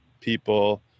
people